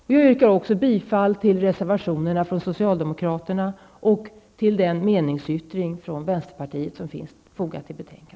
Vidare yrkar jag bifall till socialdemokraternas reservationer samt till den meningsyttring från oss i vänsterpartiet som är fogad till betänkandet.